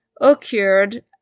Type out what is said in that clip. occurred